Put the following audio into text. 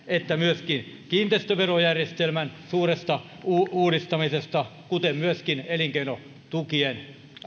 että myöskin kiinteistöverojärjestelmän suuresta uudistamisesta kuten myöskin elinkeinotukien